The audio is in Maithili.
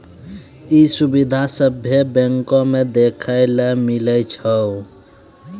इ सुविधा सभ्भे बैंको मे देखै के लेली मिलै छे